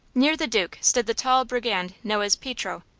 near the duke stood the tall brigand known as pietro.